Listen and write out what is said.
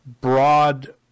broad